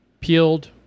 peeled